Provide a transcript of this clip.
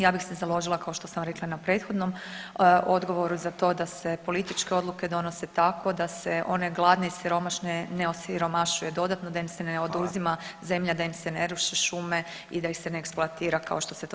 Ja bih se založila kao što sam rekla na prethodnom odgovoru za to da se političke odluke donose tako da se one gladne i siromašne ne osiromašuje dodatno da im se ne oduzima [[Upadica Radin: Hvala.]] zemalja, da im se ne ruše šume i da ih se ne eksploatira kao što se to sada čini.